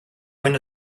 win